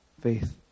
faith